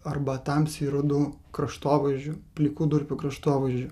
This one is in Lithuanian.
arba tamsiai rudu kraštovaizdžiu pliku durpių kraštovaizdžiu